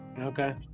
Okay